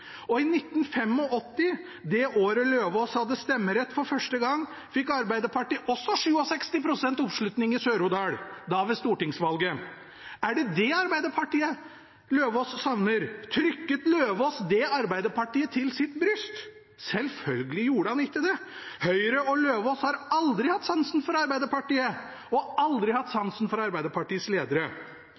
I 1985, det året Eidem Løvaas hadde stemmerett for første gang, fikk Arbeiderpartiet også 67 pst. oppslutning i Sør-Odal, da ved stortingsvalget. Er det det Arbeiderpartiet Eidem Løvaas savner? Trykket Eidem Løvaas det Arbeiderpartiet til sitt bryst? Selvfølgelig gjorde han ikke det! Høyre og Eidem Løvaas har aldri hatt sansen for Arbeiderpartiet og aldri hatt sansen for Arbeiderpartiets ledere.